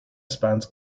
spans